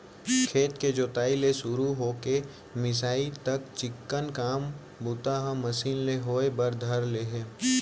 खेत के जोताई ले सुरू हो के मिंसाई तक चिक्कन काम बूता ह मसीन ले होय बर धर ले हे